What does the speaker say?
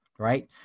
right